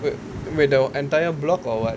wait wait the entire block or what